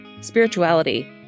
spirituality